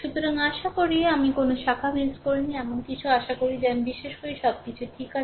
সুতরাং আশা করি আমি কোনও শাখা মিস করিনি বা এমন কিছু আশা করি যা আমি বিশ্বাস করি সবকিছু ঠিক আছে